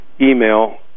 email